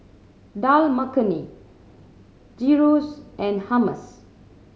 Dal Makhani Gyros and Hummus